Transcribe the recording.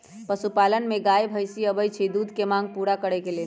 पशुपालन में गाय भइसी आबइ छइ दूध के मांग पुरा करे लेल